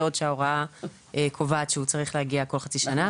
בעוד שההוראה קובעת שהוא צריך להגיע כל חצי שנה.